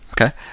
Okay